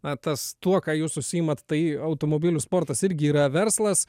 na tas tuo ką jūs užsiimat tai automobilių sportas irgi yra verslas